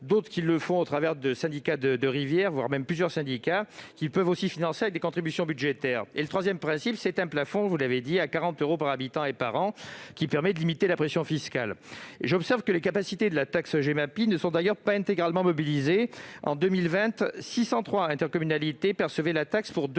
d'autres le font au travers de syndicats de rivière, voire de plusieurs syndicats ; d'autres encore la financent par le biais de contributions budgétaires. Troisième principe, le plafond de cette taxe a été fixé à 40 euros par habitant et par an, ce qui permet de limiter la pression fiscale. J'observe que les capacités de la taxe Gemapi ne sont d'ailleurs pas intégralement mobilisées. En 2020, 603 intercommunalités percevaient la taxe pour 204